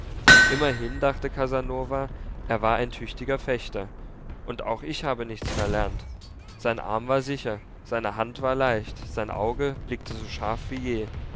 immerhin dachte casanova er war ein tüchtiger fechter und auch ich habe nichts verlernt sein arm war sicher seine hand war leicht sein auge blickte so scharf wie je